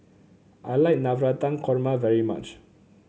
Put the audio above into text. I like Navratan Korma very much